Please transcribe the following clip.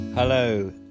Hello